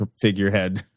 figurehead